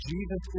Jesus